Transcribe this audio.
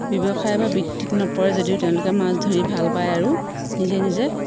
ব্যৱসায় বা বৃত্তিত নপৰে যদিও তেওঁলোকে মাছ ধৰি ভাল পায় আৰু নিজে নিজে